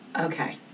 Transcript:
Okay